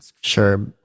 Sure